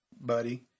buddy